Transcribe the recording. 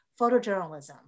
photojournalism